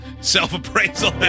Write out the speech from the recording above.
self-appraisal